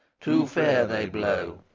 too fair they blow,